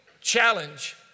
challenge